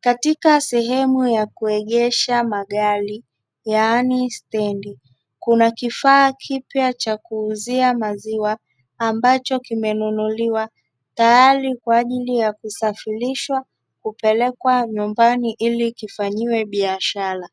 Katika sehemu ya kuegesha magari yaani stendi kuna kifaa kipya cha kuuzia maziwa ambacho kimenunuliwa tayari kwa ajili ya kusafirishwa kupelekwa nyumbani ili kifanyiwe biashara.